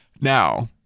now